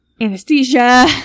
anesthesia